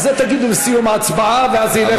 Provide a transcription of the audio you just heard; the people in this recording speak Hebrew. את זה תגידו בסיום ההצבעה ואז זה ילך,